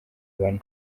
bane